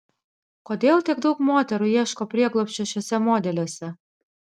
kodėl tiek daug moterų ieško prieglobsčio šiuose modeliuose